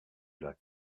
lac